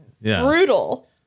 brutal